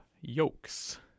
Yokes